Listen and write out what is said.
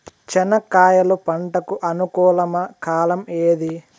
చెనక్కాయలు పంట కు అనుకూలమా కాలం ఏది?